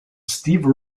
steve